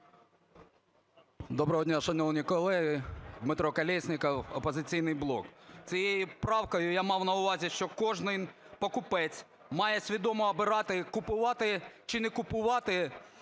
Доброго дня, шановні колеги. Дмитро Колєсніков, "Опозиційний блок". Цією правкою я мав на увазі, що кожен покупець має свідомо обирати купувати чи не купувати